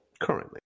Currently